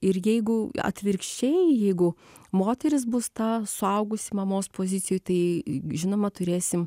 ir jeigu atvirkščiai jeigu moteris bus ta suaugusi mamos pozicijoj tai žinoma turėsim